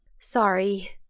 Sorry